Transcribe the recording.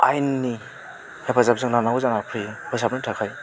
आयेननि हेफाजाब जों लानांगौ जानानै फैयो फोसाबनो थाखाय